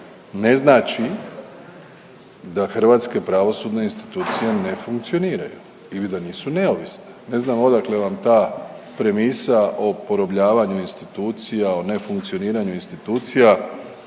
ne znači da hrvatske pravosudne institucije ne funkcioniraju ili da nisu neovisne. Ne znam odakle vam ta premisa o porobljavanju institucija, o nefunkcioniranju institucija.